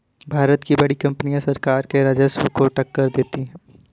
भारत की बड़ी कंपनियां सरकार के राजस्व को टक्कर देती हैं